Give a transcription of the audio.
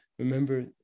remember